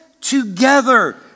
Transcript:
together